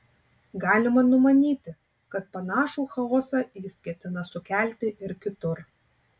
galima numanyti kad panašų chaosą jis ketina sukelti ir kitur